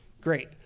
great